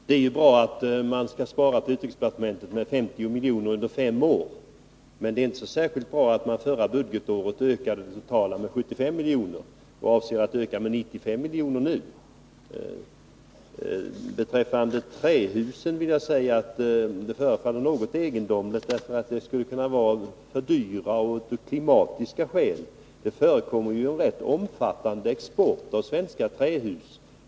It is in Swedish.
Herr talman! Det är ju bra att man skall spara 50 miljoner under fem år på utrikesdepartementet, men det är inte särskilt bra att man förra budgetåret ökade sina utgifter med totalt 75 miljoner och nu avser att öka dem med 95 miljoner. Beträffande trähusen vill jag säga att det förefaller något egendomligt att de av klimatiska skäl skulle vara för dyra. Det förekommer ju en rätt omfattande export av svenska trähus.